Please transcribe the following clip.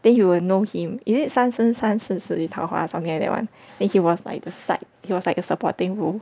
then you will know him is it 三生三世十里桃花 something like that [one] then he was like the side he was err like a supporting role